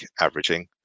averaging